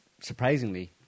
Surprisingly